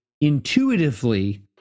intuitively